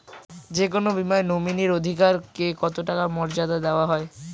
যে কোনো বীমায় নমিনীর অধিকার কে কতটা মর্যাদা দেওয়া হয়?